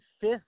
fifth